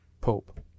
Pope